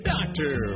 Doctor